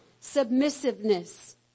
submissiveness